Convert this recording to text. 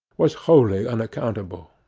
was wholly unaccountable.